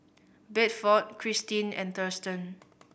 Bedford Kristine and Thurston